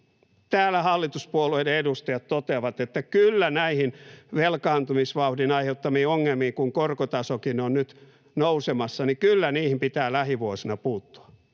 Täällä hallituspuolueiden edustajat toteavat, että kyllä näihin velkaantumisvauhdin aiheuttamiin ongelmiin, kun korkotasokin on nyt nousemassa, pitää lähivuosina puuttua,